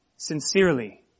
Sincerely